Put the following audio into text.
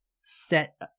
set